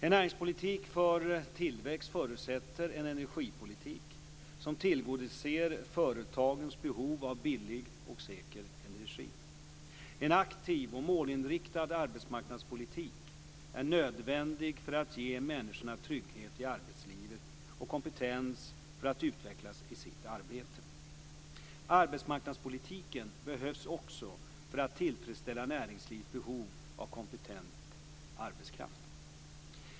En näringspolitik för tillväxt förutsätter en energipolitik som tillgodoser företagens behov av billig och säker energi. En aktiv och målinriktad arbetsmarknadspolitik är nödvändig för att ge människorna trygghet i arbetslivet och kompetens för att utvecklas i sitt arbete. Arbetsmarknadspolitiken behövs också för att tillfredsställa näringslivets behov av kompetent arbetskraft.